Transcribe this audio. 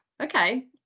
Okay